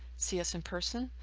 see us in person,